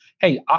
hey